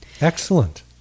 Excellent